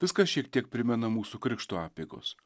viską šiek tiek primena mūsų krikšto apeigos